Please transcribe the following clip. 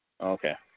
Okay